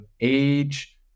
age